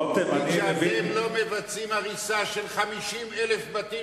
אתם לא מבצעים הריסה של 50,000 בתים